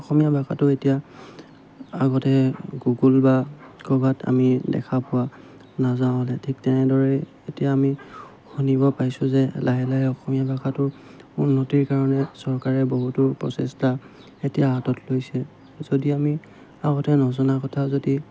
অসমীয়া ভাষাটো এতিয়া আগতে গুগুল বা ক'ৰবাত আমি দেখা পোৱা নাযাওঁ ঠিক তেনেদৰে এতিয়া আমি শুনিব পাৰিছোঁ যে লাহে লাহে অসমীয়া ভাষাটোৰ উন্নতিৰ কাৰণে চৰকাৰে বহুতো প্ৰচেষ্টা এতিয়া হাতত লৈছে যদি আমি আগতে নজনা কথা যদি